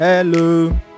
Hello